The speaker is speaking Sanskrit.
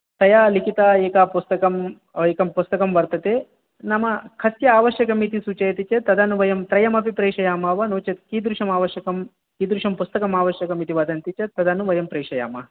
तया लिखिता एकं पुस्तकम् एकं पुस्तकं वर्तते नाम कस्य आवश्यकम् इति सूचयति चेत् तदनु वयं त्रयमपि प्रेषयामो वा नो चेत् कीदृशम् आवश्यकम् कीदृशं पुस्तकम् आवश्यकम् इति वदन्ति चेत् तदनु वयं प्रेषयामः